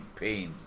pain